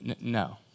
no